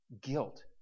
Guilt